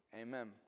amen